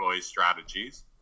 strategies